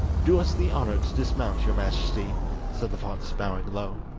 do us the honour to dismount, your majesty said the fox, bowing low.